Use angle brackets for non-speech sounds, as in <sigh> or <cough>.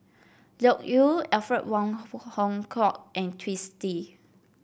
Loke Yew Alfred Wong <unintelligible> Hong Kwok and Twisstii